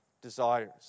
desires